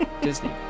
disney